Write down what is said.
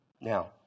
Now